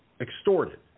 extorted